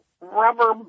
rubber